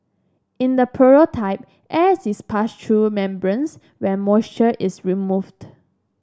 in the prototype air is passed through membranes where moisture is removed